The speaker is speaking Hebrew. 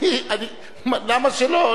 למה שלא,